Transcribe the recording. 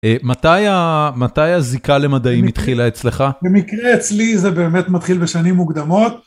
- מתי הזיקה למדעים התחילה אצלך? - במקרה אצלי זה באמת מתחיל בשנים מוקדמות.